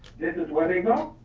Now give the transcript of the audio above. this is where they go.